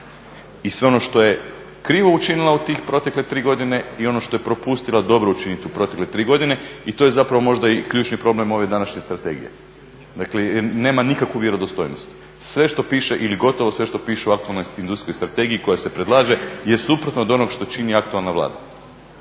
I sve ono što je krivo učinila u tih proteklih tri godine i ono što je propustila dobro učiniti u protekle tri godine. I to je zapravo možda i ključni problem ove današnje strategije. Dakle, nema nikakvu vjerodostojnost. Sve što piše ili gotovo sve što piše u aktualnoj Industrijskoj strategiji koja se predlaže je suprotno od onog što čini aktualna Vlada